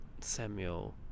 Samuel